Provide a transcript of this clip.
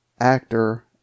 Actor